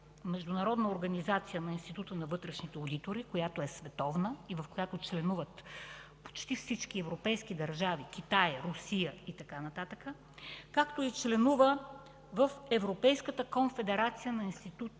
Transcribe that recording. Международната организация на Института на вътрешните одитори, която е световна и в която членуват почти всички европейски държави, Китай, Русия и така нататък, както и членува в Европейската конфедерация на Института